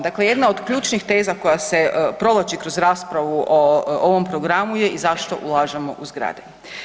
Dakle, jedna od ključnih teza koja se provlači kroz raspravu o ovom programu je i zašto ulažemo u zgrade.